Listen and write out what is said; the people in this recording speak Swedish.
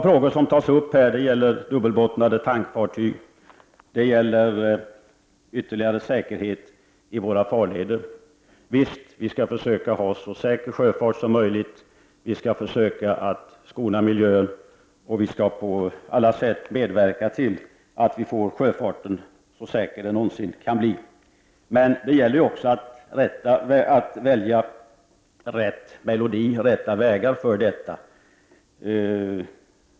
Man tar här upp frågor om dubbelbottnade tankfartyg och ytterligare säkerhet i våra farleder. Visst skall vi skona miljön och på alla sätt medverka till att sjöfarten blir så säker som den någonsin kan bli. Men det gäller också att välja rätta vägar för detta.